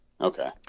Okay